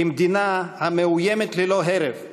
כמדינה המאוימת ללא הרף,